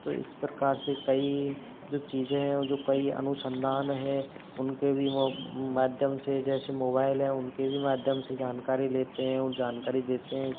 तो इस प्रकार से कई जो चीज़ें है जो कई अनुसंधान है उनके भी माध्यम से जैसे मोबाइल है उनके भी माध्यम से जानकारी लेते हैं और जानकारी देते हैं इस